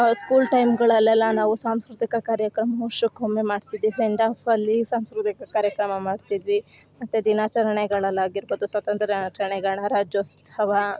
school ಟೈಮ್ಗಳಲೆಲ್ಲ ನಾವು ಸಾಂಸ್ಕೃತಿಕ ಕಾರ್ಯಕ್ರಮ ವರ್ಷಕೊಮ್ಮೆ ಮಾಡ್ತಿದ್ವಿ ಸೆಂಡ್ ಆಫ್ ಅಲ್ಲಿ ಸಾಂಸ್ಕೃತಿಕ ಕಾರ್ಯಕ್ರಮ ಮಾಡ್ತಿದ್ವಿ ಮತ್ತು ದಿನಾಚರಣೆಗಳಲಾಗಿರ್ಬೌದು ಸ್ವಾತಂತ್ರ್ಯ ದಿನಾಚರಣೆ ಗಣರಾಜ್ಯೋತ್ಸವ